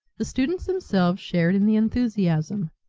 the students themselves shared in the enthusiasm,